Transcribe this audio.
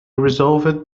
resolved